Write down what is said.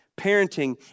Parenting